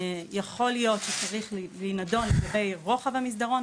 יכול להיות שצריך לדון לגבי רוחב המסדרון,